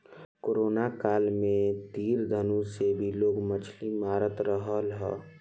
corona काल में तीर धनुष से भी लोग मछली मारत रहल हा